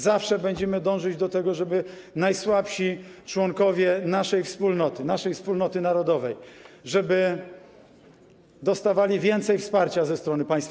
Zawsze będziemy dążyć do tego, żeby najsłabsi członkowie naszej wspólnoty, naszej wspólnoty narodowej, dostawali więcej wsparcia ze strony państwa.